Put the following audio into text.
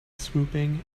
swooping